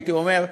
הייתי אומר,